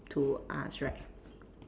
to ask right